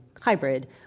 hybrid